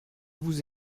vous